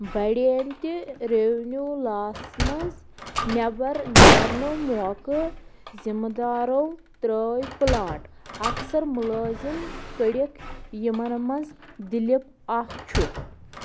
بڑیمتہِ revenue loss منٛز نیٚبر نیرنہٕ موقعہٕ ذِمہٕ دارو ترٛٲوۍ پُلانٛٹ اکثر مُلٲزِم کٔڈِکھ یِمن منٛز دِلِپ اکھ چھُ